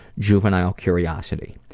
juvenile curiosity.